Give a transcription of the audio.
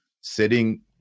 sitting